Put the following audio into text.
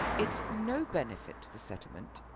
it's no benefit to the settlement.